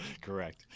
correct